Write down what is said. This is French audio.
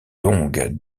longue